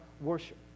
worship